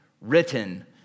written